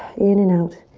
in and out.